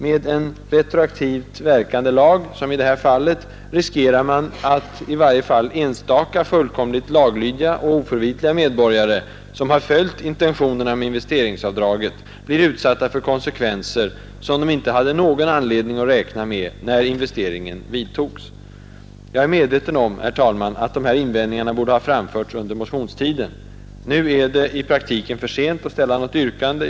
Med en retroaktivt verkande lagstiftning, som i detta fall, riskerar man att i vart fall enstaka fullkomligt laglydiga och oförvitliga medborgare, som följt intentionerna med investeringsavdraget, blir utsatta för konsekvenser som de inte hade någon anledning att räkna med när investeringen vidtogs. Jag är medveten om att dessa invändningar borde ha framförts under motionstiden. Nu är det i praktiken för sent att ställa något yrkande.